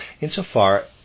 Insofar